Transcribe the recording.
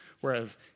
Whereas